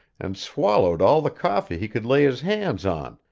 and swallowed all the coffee he could lay his hands on,